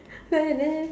fair leh